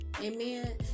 Amen